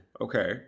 okay